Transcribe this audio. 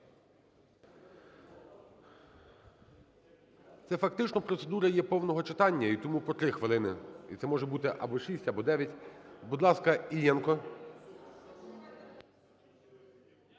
Це фактично, процедура є повного читання, і тому по три хвилин. Це може бути або 6, або 9. Будь ласка, Іллєнко.